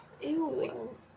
Ew